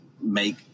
make